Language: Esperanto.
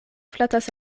flatas